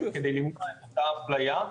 כדי למנוע את אותה אפליה.